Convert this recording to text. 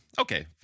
Okay